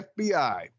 FBI